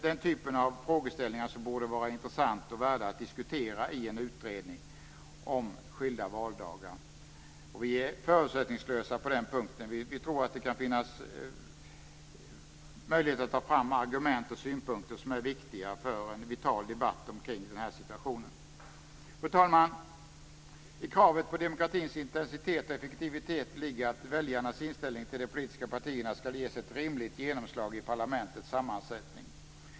Den typen av frågeställningar borde vara intressanta och värda att diskutera i en utredning om skilda valdagar. Vi är förutsättningslösa på den punkten. Vi tror att det kan finnas möjlighet att ta fram argument och synpunkter som är viktiga för en vital debatt omkring den här situationen. Fru talman! I kravet på demokratins intensitet och effektivitet ligger att väljarnas inställning till de politiska partierna skall ges ett rimligt genomslag i parlamentets sammansättning.